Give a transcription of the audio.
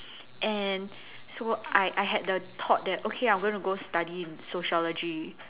and so I I had the thought that okay I'm gonna go study in sociology